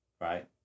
right